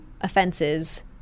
offenses